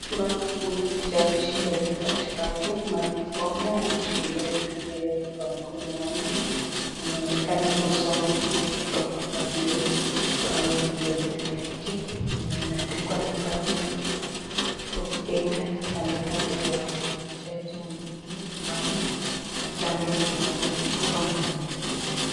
Mama huyu jaji aliye katikakati Martha Koome ameshikilia bibilia yake kwa mkono moja anaonekana kusoma kitu kwa hilo bao lililo mbele yake yenye imeandika(cs) republic(cs)of(cs)Kenya, Kandokando yao kuna jaji mwingine mama na kando kuna tena mtu amesimama.